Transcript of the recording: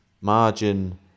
margin